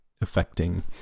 affecting